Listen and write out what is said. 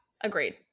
agreed